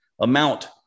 amount